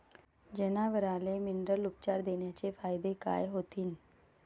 जनावराले मिनरल उपचार देण्याचे फायदे काय होतीन?